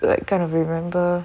will kind of remember